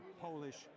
Polish